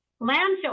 landfill